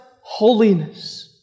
holiness